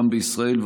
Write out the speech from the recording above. גם בישראל,